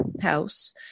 house